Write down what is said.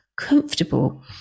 comfortable